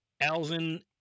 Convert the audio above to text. Alvin